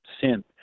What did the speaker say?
sin